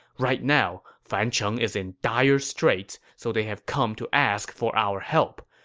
right now, fancheng is in dire straits, so they have come to ask for our help.